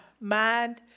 mind